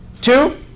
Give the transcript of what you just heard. Two